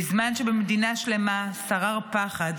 בזמן שבמדינה שלמה שרר פחד,